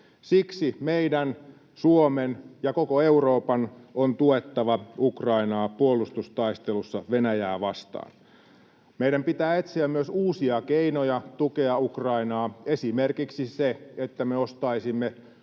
Siksi meidän, Suomen ja koko Euroopan, on tuettava Ukrainaa puolustustaistelussa Venäjää vastaan. Meidän pitää etsiä myös uusia keinoja tukea Ukrainaa, esimerkiksi se, että me ostaisimme